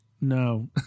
No